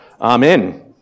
Amen